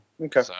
Okay